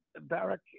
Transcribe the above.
barrack